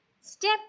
Step